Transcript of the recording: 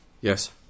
Yes